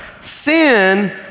Sin